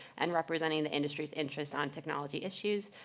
and representing the industry's interests on technology issues.